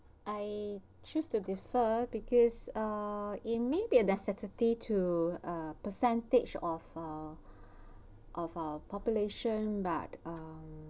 I choose to defer because uh in maybe a necessity to a percentage of our of our population but uh